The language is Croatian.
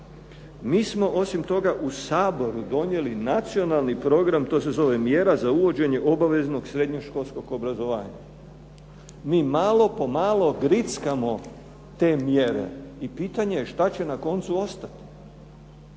Mi smo osim toga u Saboru donijeli nacionalni program, to se zove Mjera za uvođenje obaveznog srednje-školskog obrazovanja. Mi malo po malo grickamo te mjere i pitanje je šta će na koncu ostati.